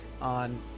on